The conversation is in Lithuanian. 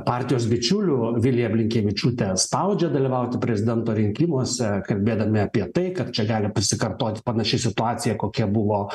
partijos bičiulių viliją blinkevičiūtę spaudžia dalyvauti prezidento rinkimuose kalbėdami apie tai kad čia gali pasikartoti panaši situacija kokia buvo